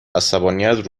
عصبانیت